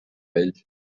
vell